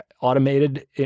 automated